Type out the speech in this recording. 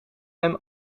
hem